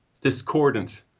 discordant